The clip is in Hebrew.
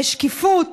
לשקיפות,